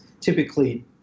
typically